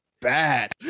bad